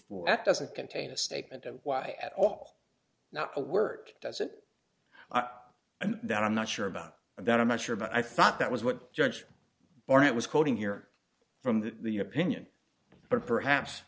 four doesn't contain a statement of why at all not a word does it and that i'm not sure about that i'm not sure but i thought that was what judge barnett was quoting here from the opinion but perhaps